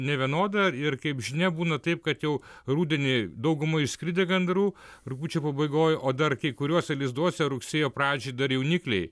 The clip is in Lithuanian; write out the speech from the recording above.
nevienoda ir kaip žinia būna taip kad jau rudenį dauguma išskridę gandrų rugpjūčio pabaigoj o dar kai kuriuose lizduose rugsėjo pradžioj dar jaunikliai